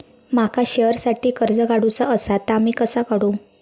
माका शेअरसाठी कर्ज काढूचा असा ता मी कसा काढू?